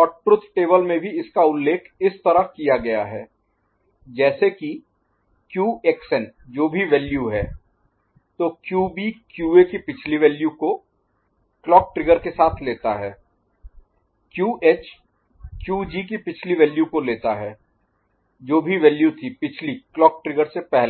और truth table में भी इसका उल्लेख इस तरह किया गया है जैसे कि Qxn जो भी वैल्यू है तो QB QA की पिछली वैल्यू को क्लॉक ट्रिगर के साथ लेता है QH QG की पिछली वैल्यू को लेता है जो भी वैल्यू थी पिछली ट्रिगर से पहले